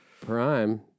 Prime